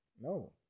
no